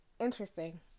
Interesting